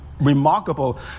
remarkable